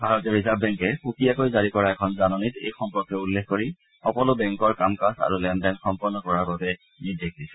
ভাৰতীয় ৰিজাৰ্ভ বেংকে সুকীয়াকৈ জাৰী কৰা এখন জাননীত এই সম্পৰ্কে উল্লেখ কৰি সকলো বেংকৰ কাম কাজ আৰু লেনদেন সম্পন্ন কৰাৰ বাবে নিৰ্দেশ দিছে